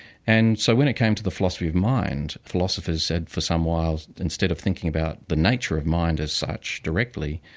and so when it came to the philosophy of mind, philosophers said for some while, instead of thinking about the nature of mind as such directly,